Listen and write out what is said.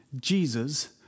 Jesus